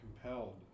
compelled